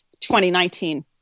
2019